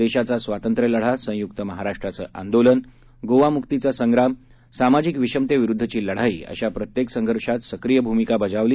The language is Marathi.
देशाचा स्वातंत्र्यलढा संयुक्त महाराष्ट्राचं आंदोलन गोवामुक्तीचा संग्राम सामाजिक विषमतेविरुद्धची लढाई अशा प्रत्येक संघर्षात सक्रीय भूमिका बजावली